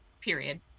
period